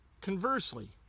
Conversely